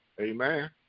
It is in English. Amen